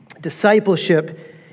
Discipleship